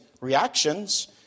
reactions